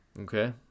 Okay